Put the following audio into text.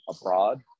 abroad